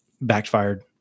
backfired